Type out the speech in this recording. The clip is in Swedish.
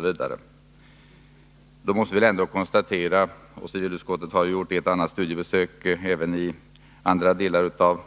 Men då måste vi ändå konstatera, som civilutskottet har gjort, bl.a. vid studiebesök i andra delar av